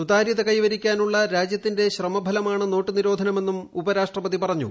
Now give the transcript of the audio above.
സുതാര്യത കൈവരിക്കാനുള്ള രാജ്യത്തിന്റെ ശ്രമഫലമാണ് നോട്ടുനിരോധനമെന്നും ഉപരാഷ്ട്രപതി പറഞ്ഞു